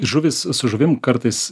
žuvys su žuvim kartais